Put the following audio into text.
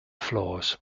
floors